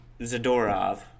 Zadorov